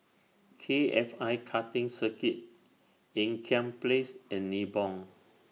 K F I Karting Circuit Ean Kiam Place and Nibong